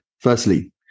firstly